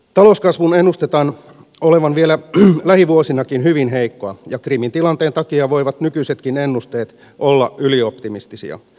talouskasvun ennustetaan olevan vielä lähivuosinakin hyvin heikkoa ja krimin tilanteen takia voivat nykyisetkin ennusteet olla ylioptimistisia